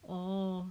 oh